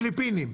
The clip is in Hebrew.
פיליפינים.